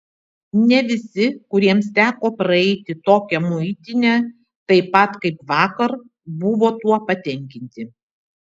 ne visi kuriems teko praeiti tokią muitinę taip pat kaip vakar buvo tuo patenkinti